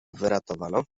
wyratowano